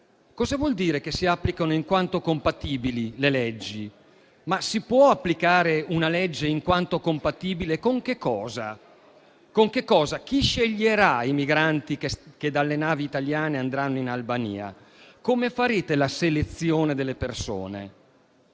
Cosa vuol dire che le leggi si applicano in quanto compatibili? Si può applicare una legge in quanto compatibile? Con che cosa? Chi sceglierà i migranti che dalle navi italiane andranno in Albania? Come farete la selezione delle persone?